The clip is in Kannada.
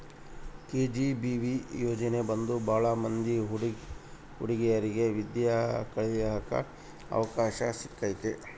ಕೆ.ಜಿ.ಬಿ.ವಿ ಯೋಜನೆ ಬಂದು ಭಾಳ ಮಂದಿ ಹುಡಿಗೇರಿಗೆ ವಿದ್ಯಾ ಕಳಿಯಕ್ ಅವಕಾಶ ಸಿಕ್ಕೈತಿ